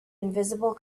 invisible